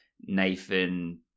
Nathan